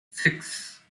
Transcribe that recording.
six